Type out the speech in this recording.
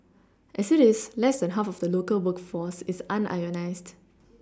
as it is less than half of the local workforce is unionised